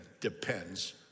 depends